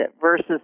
Versus